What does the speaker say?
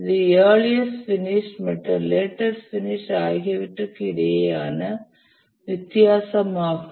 இது earliest finish மற்றும் latest finish ஆகியவற்றுக்கு இடையேயான வித்தியாசமாகும்